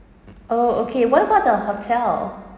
oh okay what about the hotel